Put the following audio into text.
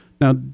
now